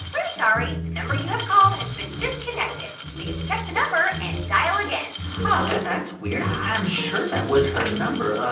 we're sorry. the number you have called has been disconnected. please check the number and dial again that's weird. i'm sure that was her number.